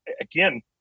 again